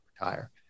retire